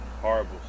horrible